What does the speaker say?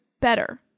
better